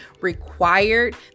required